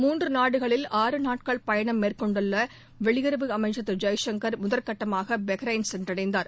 மூன்று நாடுகளில் ஆறு நாட்கள் பயணம் மேற்கொண்டுள்ள வெளியுறவு அமைச்சர் திரு ஜெய்சங்கர் முதல்கட்டமாக பஹ்ரைன் சென்றடைந்தார்